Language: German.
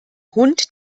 hund